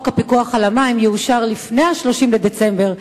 הפיקוח על המים יאושר לפני 30 בדצמבר 2009,